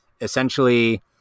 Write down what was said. Essentially